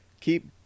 keep